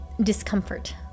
discomfort